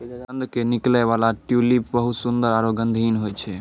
कंद के निकलै वाला ट्यूलिप बहुत सुंदर आरो गंधहीन होय छै